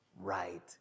right